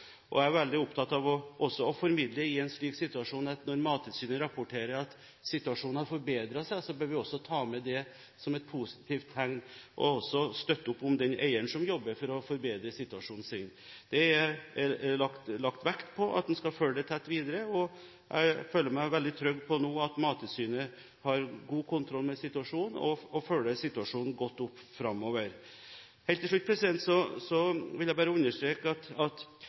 også veldig opptatt av, i en slik situasjon, å formidle at når Mattilsynet rapporterer at situasjonen har forbedret seg, bør vi også ta det med som et positivt tegn og støtte opp om den eieren som jobber for å forbedre sin situasjon. Det er lagt vekt på at man skal følge det tett opp videre, og jeg føler meg veldig trygg på at Mattilsynet har god kontroll med situasjonen og følger situasjonen godt opp framover. Helt til slutt vil jeg bare understreke at